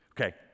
Okay